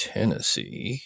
Tennessee